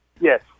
Yes